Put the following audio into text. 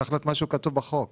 צריך להיות משהו כתוב בחוק.